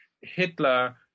Hitler